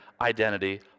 identity